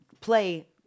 Play